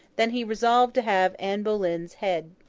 than he resolved to have anne boleyn's head.